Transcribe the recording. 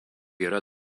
yra